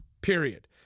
period